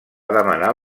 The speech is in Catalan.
demanar